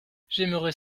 j’aimerais